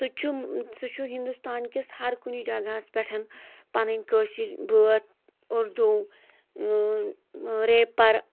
سُہ تہِ چھُ سُہ چھُ ہِنٛدوستانکِس ہر کُنہِ جگٕہَس پٮ۪ٹھ پَنٕنۍ کٲشِر بٲتھ اردوٗ رٮ۪پَر